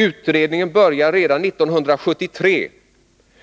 Utredningen började redan 1973,